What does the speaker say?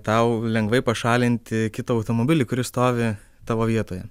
tau lengvai pašalinti kitą automobilį kuris stovi tavo vietoje